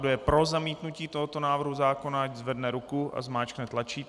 Kdo je pro zamítnutí tohoto návrhu zákona, ať zvedne ruku a zmáčkne tlačítko.